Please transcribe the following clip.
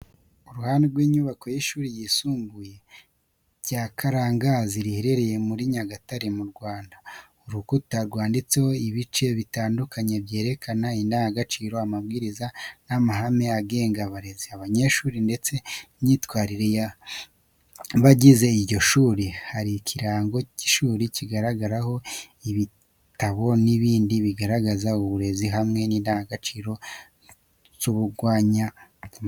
Uruhande rw’inyubako y’ishuri ryisumbuye rya Karangazi riherereye muri Nyagatare mu Rwanda. Urukuta rwanditseho ibice bitandukanye byerekana indangagaciro, amabwiriza, n’amahame agenga abarezi, abanyeshuri ndetse n’imyitwarire y’abagize iryo shuri. Hariho ikirango cy’ishuri kigaragaraho ibitabo n’ibindi bigaragaza uburezi, hamwe n’indangagaciro z’ubunyangamugayo.